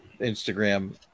Instagram